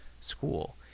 school